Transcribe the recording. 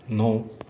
नौ